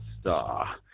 star